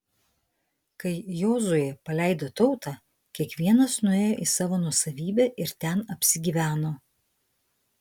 kai jozuė paleido tautą kiekvienas nuėjo į savo nuosavybę ir ten apsigyveno